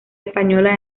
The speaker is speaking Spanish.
española